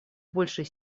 большей